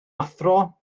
athro